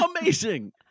Amazing